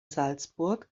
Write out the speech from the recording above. salzburg